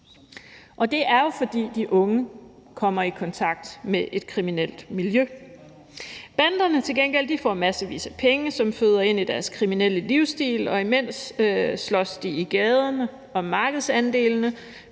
og det er jo, fordi de unge kommer i kontakt med et kriminelt miljø. Banderne får til gengæld massevis af penge, som føder ind i deres kriminelle livsstil, alt imens de slås i gaderne om markedsandelene